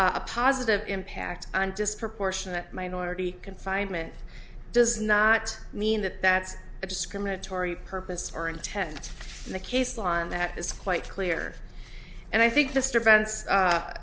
a positive impact on disproportionate minority confinement does not mean that that's a discriminatory purpose or intent in the case law and that is quite clear and i think